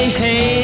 hey